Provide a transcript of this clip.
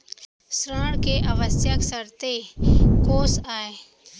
ऋण के आवश्यक शर्तें कोस आय?